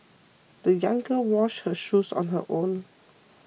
the young girl washed her shoes on her own